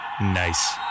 Nice